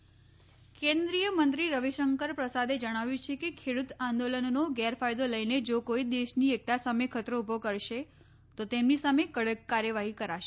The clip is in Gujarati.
રવિશંકર પ્રસાદ કેન્રીશંય મંત્રી રવિશંકર પ્રસાદે જણાવ્યું છે કે ખેડૂત આંદોલનનો ગેરફાયદો લઈને જો કોઈ દેશની એકતા સામે ખતરો ઉભો કરશે તો તેમની સામે કડક કાર્યવાહી કરાશે